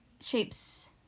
shapes